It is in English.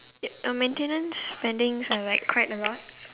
um maintenance spendings are like quite a lot